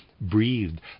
breathed